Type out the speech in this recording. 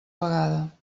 vegada